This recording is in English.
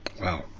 Wow